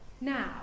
now